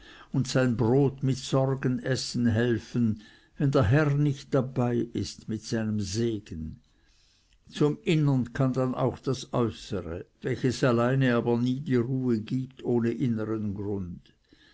und sein brot mit sorgen essen helfen wenn der herr nicht dabei ist mit seinem segen zum innern kam dann auch das äußere welches alleine aber nie die ruhe gibt ohne innern grund